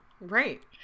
Right